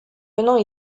venant